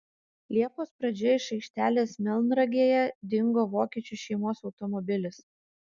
liepos pradžioje iš aikštelės melnragėje dingo vokiečių šeimos automobilis